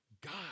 God